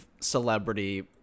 celebrity